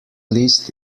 list